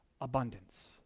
abundance